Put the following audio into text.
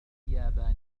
يابانية